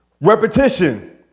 repetition